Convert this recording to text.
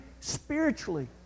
spiritually